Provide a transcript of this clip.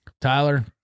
Tyler